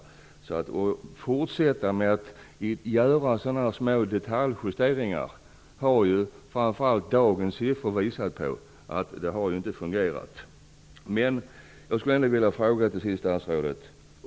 Dagens siffror visar att det inte fungerar att fortsätta att göra små detaljjusteringar. Till sist skulle jag vilja ställa en fråga till statsrådet.